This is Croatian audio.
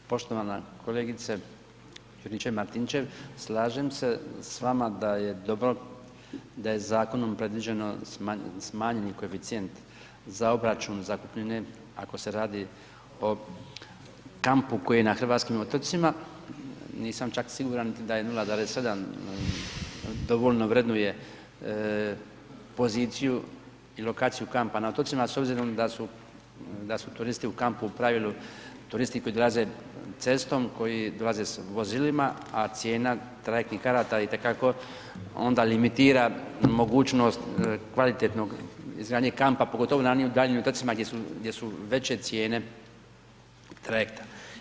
Poštovana kolegice Juričev Martinčev, slažem se s vama da je dobro da je zakonom predviđeno smanjeni koeficijent za obračun zakupnine ako se radi o kampu koji je na hrvatskim otocima, nisam čak siguran niti da je 0,7, dogovoreno vrednuje poziciju i lokaciju kampa na otocima s obzirom da su, da su turisti u kampu u pravilu turisti koji dolaze cestom, koji dolaze s vozilima, a cijena trajektnih karata itekako onda limitira mogućnost kvalitetnog izgradnje kampa pogotovo na onim daljnjim otocima gdje su, gdje su veće cijene trajekta.